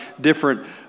different